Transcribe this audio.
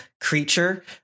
creature